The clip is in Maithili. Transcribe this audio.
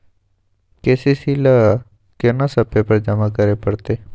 के.सी.सी ल केना सब पेपर जमा करै परतै?